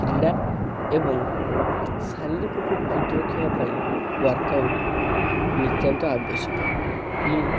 କ୍ରୀଡ଼ା ଏବଂ ଶାରିରୀକକୁ ଫିଟ୍ ରଖିବା ପାଇଁ ୱାର୍କଆଉଟ ନିତ୍ୟାନ୍ତ ଆବଶ୍ୟକ ବୋଲି